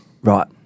Right